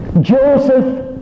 Joseph